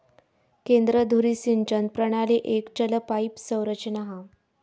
केंद्र धुरी सिंचन प्रणाली एक चल पाईप संरचना हा